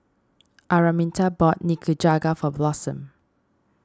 Araminta bought Nikujaga for Blossom